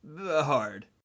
hard